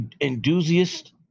enthusiast